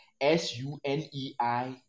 s-u-n-e-i